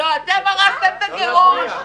את הרסת אותה.